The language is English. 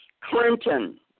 Clinton